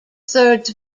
thirds